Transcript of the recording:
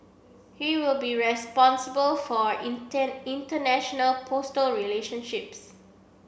he will be responsible for international postal relationships